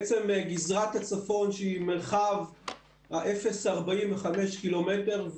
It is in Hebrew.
בעצם גזרת הצפון היא מרחב האפס עד 45 קילומטר,